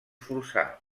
forçar